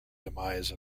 demise